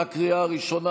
בקריאה הראשונה.